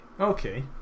Okay